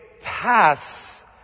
pass